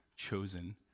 chosen